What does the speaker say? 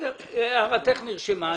הערתה של לימור נרשמה.